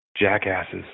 Jackasses